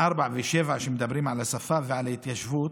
4 ו-7, שמדברים על השפה ועל ההתיישבות,